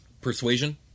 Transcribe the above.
persuasion